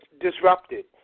disrupted